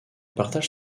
partage